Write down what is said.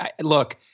Look